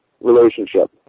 relationship